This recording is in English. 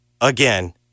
again